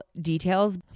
details